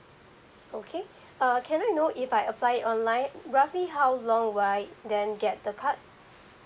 okay err can I know if I apply online roughly how long will I then get the card